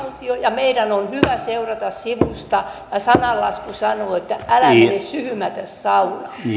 valtio ja meidän on hyvä seurata sivusta sananlasku sanoo että älä mene syhymätä saunaan